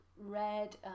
red